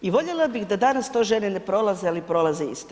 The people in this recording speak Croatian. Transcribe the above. I voljela bih da danas to žene ne prolaze, ali prolaze isto.